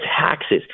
taxes